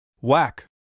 Whack